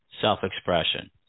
self-expression